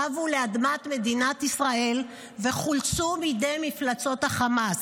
שבו לאדמת מדינת ישראל וחולצו מידי מפלצות החמאס.